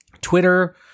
Twitter